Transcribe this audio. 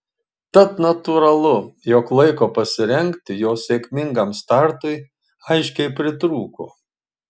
tad natūralu jog laiko pasirengti jo sėkmingam startui aiškiai pritrūko